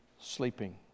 sleeping